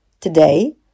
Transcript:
Today